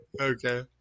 Okay